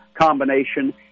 combination